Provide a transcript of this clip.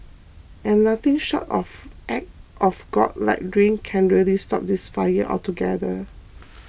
and nothing short of act of God like rain can really stop this fire altogether